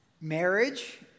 Marriage